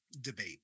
debate